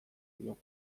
diogu